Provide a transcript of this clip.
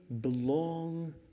belong